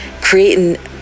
creating